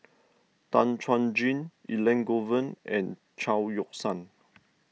Tan Chuan Jin Elangovan and Chao Yoke San